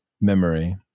memory